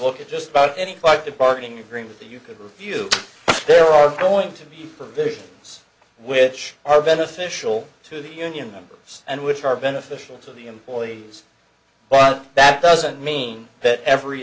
look at just about any five departing agreement that you could review there are going to be provisions which are beneficial to the union members and which are beneficial to the employees but that doesn't mean that every